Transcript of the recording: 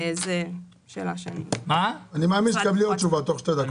זאת שאלה שהמשרד צריך --- אני מאמין שתקבלי עוד תשובה תוך שתי דקות.